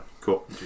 Cool